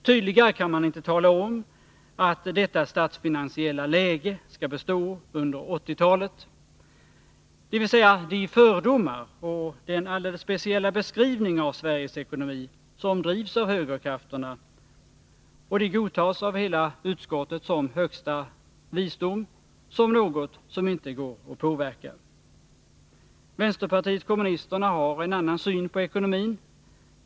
Tydligare kan man inte tala om att detta statsfinansiella läge skall bestå under 1980-talet — dvs. att de fördomar och den alldeles speciella beskrivning av Sveriges ekonomi som drivs av högerkrafterna godtas av hela utskottet som högsta visdom, som något som inte går att påverka. Vänsterpartiet kommunisterna har en annan syn på ekonomin.